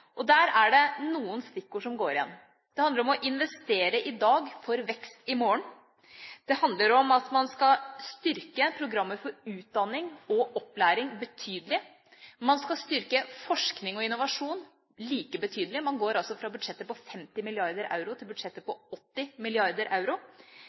2020. Der er det noen stikkord som går igjen: Det handler om å investere i dag for vekst i morgen. Det handler om at man skal styrke programmer for utdanning og opplæring betydelig. Man skal styrke forskning og innovasjon like betydelig. Man går altså fra budsjetter på 50 milliarder euro til